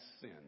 sin